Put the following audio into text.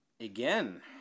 Again